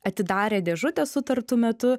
atidarė dėžutę sutartu metu